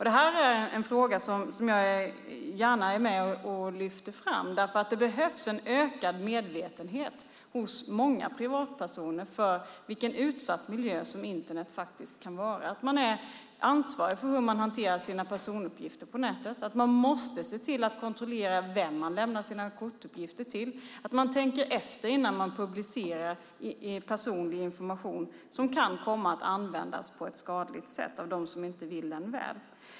Denna fråga lyfter jag gärna fram, för det behövs en ökad medvetenhet hos många privatpersoner om vilken utsatt miljö Internet kan vara. Man är ansvarig för hur man hanterar sina personuppgifter på nätet, och man måste kontrollera vem man lämnar sina kortuppgifter till. Man måste också tänka efter innan man publicerar personlig information som kan komma att användas på ett skadligt sätt av dem som inte vill en väl.